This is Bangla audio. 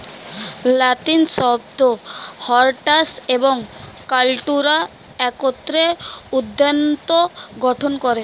লাতিন শব্দ হরটাস এবং কাল্টুরা একত্রে উদ্যানতত্ত্ব গঠন করে